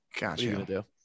gotcha